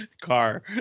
car